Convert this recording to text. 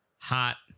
hot